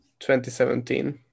2017